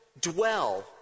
dwell